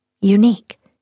unique